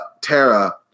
Tara